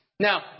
Now